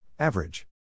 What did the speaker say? Average